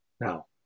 Now